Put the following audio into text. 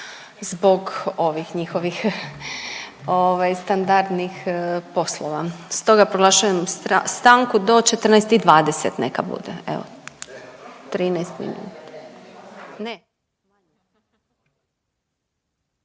zbog ovih njihovih ovaj standardnih poslova. Stoga proglašujem stanku do 14 i 20 neka bude evo, 13 minuta.